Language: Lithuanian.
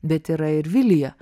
bet yra ir vilija